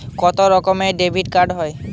কত রকমের ডেবিটকার্ড হয়?